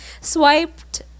swiped